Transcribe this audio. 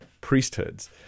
priesthoods